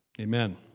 Amen